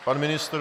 Pan ministr.